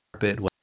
carpet